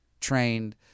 trained